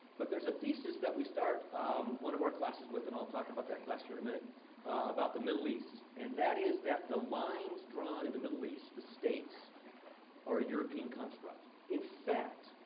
but there's a thesis that we start one of our classes with and i'll talk about that class here, in a minute about the middle east, and that is that the lines drawn in the middle east the states are a european construct. in fact,